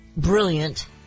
brilliant